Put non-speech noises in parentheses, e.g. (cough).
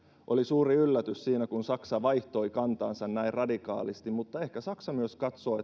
oli suuri yllätys siinä kun saksa vaihtoi kantaansa näin radikaalisti ehkä saksa myös katsoo (unintelligible)